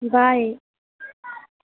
bye